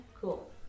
Cool